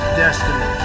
destiny